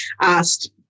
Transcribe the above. asked